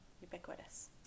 Ubiquitous